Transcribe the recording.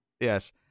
yes